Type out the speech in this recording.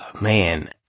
man